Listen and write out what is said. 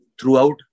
throughout